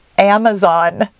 Amazon